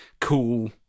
cool